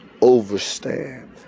overstand